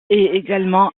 également